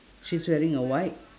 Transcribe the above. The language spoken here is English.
she's wearing a white